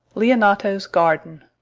leonato's garden.